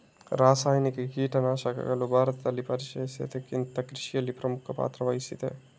ರಾಸಾಯನಿಕ ಕೀಟನಾಶಕಗಳು ಭಾರತದಲ್ಲಿ ಪರಿಚಯಿಸಿದಾಗಿಂದ ಕೃಷಿಯಲ್ಲಿ ಪ್ರಮುಖ ಪಾತ್ರ ವಹಿಸಿದೆ